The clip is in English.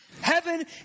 Heaven